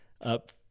up